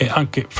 anche